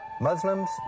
Muslims